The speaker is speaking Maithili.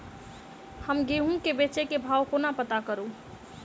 हम गेंहूँ केँ बेचै केँ भाव कोना पत्ता करू?